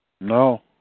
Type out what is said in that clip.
No